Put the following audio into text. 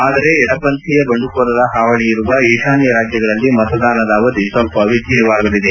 ಆದರೆ ಎಡಪಂಥೀಯ ಬಂಡುಕೋರರ ಪಾವಳಿ ಇರುವ ಈತಾನ್ಯ ರಾಜ್ಯಗಳಲ್ಲಿ ಮತದಾನದ ಅವಧಿ ಸ್ವಲ್ಪ ವ್ಯತ್ಯಯವಾಗಲಿದೆ